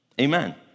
amen